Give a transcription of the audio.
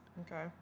Okay